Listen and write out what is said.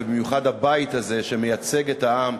ובמיוחד הבית הזה שמייצג את העם,